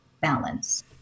balance